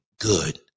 good